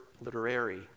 literary